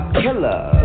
killer